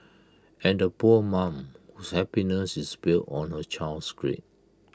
and poor mum whose happiness is built on her child's grades